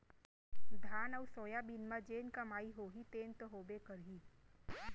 धान अउ सोयाबीन म जेन कमाई होही तेन तो होबे करही